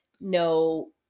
no